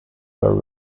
were